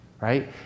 right